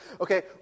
Okay